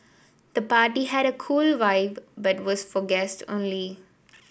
the party had a cool vibe but was for guest only